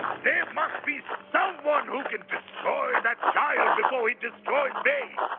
there must be someone who can destroy that child before he destroys me!